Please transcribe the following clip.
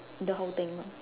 the whole thing lor